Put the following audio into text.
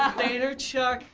ah vaynerchuk.